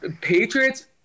Patriots